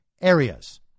areas